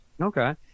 Okay